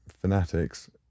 fanatics